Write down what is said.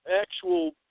Actual